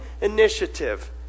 initiative